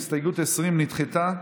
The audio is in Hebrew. הסתייגות 20 נדחתה.